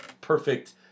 perfect